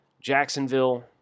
Jacksonville